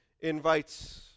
invites